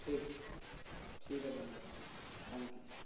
ٹھیک ٹھیک ہے دھنیہ واد تھینک یو